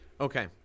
Okay